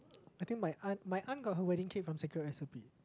I think my aunt my aunt got her wedding cake from secret recipe